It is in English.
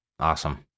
Awesome